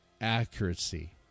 accuracy